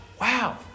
wow